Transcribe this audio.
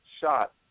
shot